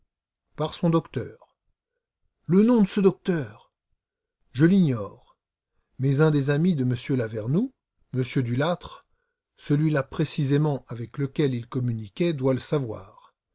par son docteur le nom de ce docteur je l'ignore mais un des amis de m lavernoux m dulâtre celui-là précisément avec lequel il communiquait doit le savoir